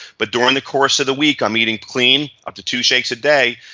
but during the course of the week, i'm eating clean, up to two shakes a day,